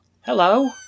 Hello